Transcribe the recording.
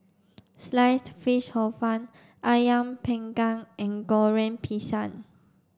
Sliced Fish Hor Fun Ayam panggang and Goreng Pisang